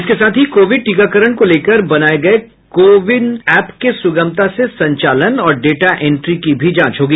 इसके साथ ही कोविड टीकाकरण को लेकर बनाये गये को विन ऐप के सुगमता से संचालन और डेटा एंट्री की भी जांच होगी